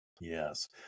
Yes